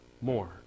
more